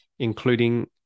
including